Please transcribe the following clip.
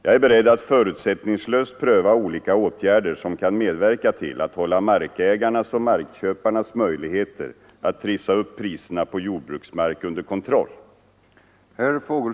Jag är beredd att förutsättningslöst pröva olika åtgärder som kan medverka till att hålla markägarnas och markköparnas möjligheter att trissa upp priserna på jordbruksmark under kontroll.